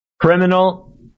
criminal